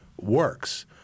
works